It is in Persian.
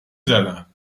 زدن